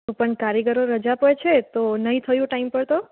પણ કારીગરો રજા પર છે તો નહીં થયું ટાઈમ પર તો